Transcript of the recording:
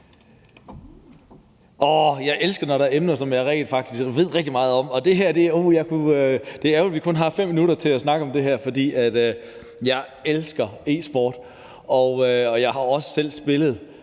jeg elsker, når det er emner, som jeg rent faktisk ved rigtig meget om, og det er ærgerligt, at jeg kun har 5 minutter til at snakke om det, for jeg elsker e-sport, og jeg har også selv spillet